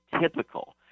typical